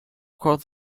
across